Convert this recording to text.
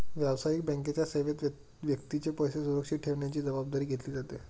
व्यावसायिक बँकेच्या सेवेत व्यक्तीचे पैसे सुरक्षित ठेवण्याची जबाबदारी घेतली जाते